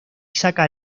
saca